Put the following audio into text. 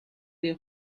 les